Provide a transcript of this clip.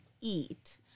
eat